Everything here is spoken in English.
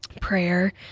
prayer